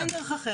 אין דרך אחרת.